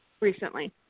recently